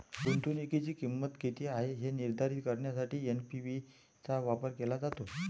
गुंतवणुकीची किंमत किती आहे हे निर्धारित करण्यासाठी एन.पी.वी चा वापर केला जातो